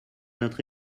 notre